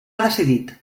decidit